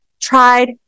tried